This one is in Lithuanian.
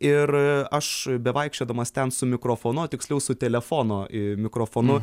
ir aš bevaikščiodamas ten su mikrofonu tiksliau su telefono mikrofonu